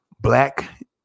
black